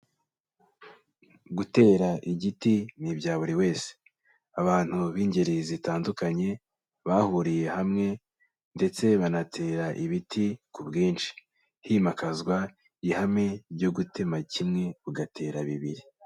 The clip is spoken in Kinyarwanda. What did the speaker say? Gutera igiti ni ibya buri wese! Abantu b'ingeri zitandukanye bahuriye hamwe ndetse banatera ibiti ku bwinshi, himakazwa ihame ryo gutema kimwe, ugatera bibiri.